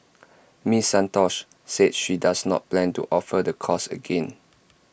miss Santos said she does not plan to offer the course again